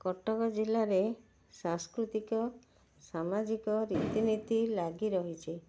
କଟକ ଜିଲ୍ଲାରେ ସାଂସ୍କୃତିକ ସାମାଜିକ ରୀତିନୀତି ଲାଗି ରହିଛି